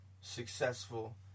successful